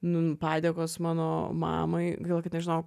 nu padėkos mano mamai gaila kad nežinojau